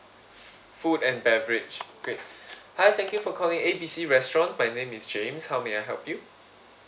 food and beverage great hi thank you for calling A B C restaurant my name is james how may I help you